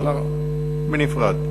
לא, בנפרד.